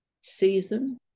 season